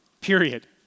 period